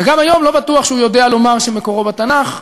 וגם היום לא בטוח שהוא יודע לומר שמקורו בתנ"ך.